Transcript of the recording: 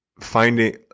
finding